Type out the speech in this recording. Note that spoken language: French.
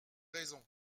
raison